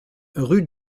rue